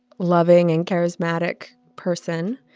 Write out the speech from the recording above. loving and charismatic person.